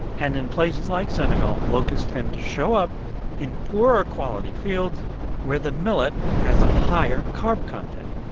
and in places like senegal, locusts tend to show up in poorer-quality fields where the millet has a higher carb content.